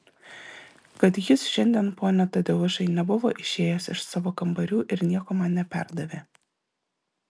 kad jis šiandien pone tadeušai nebuvo išėjęs iš savo kambarių ir nieko man neperdavė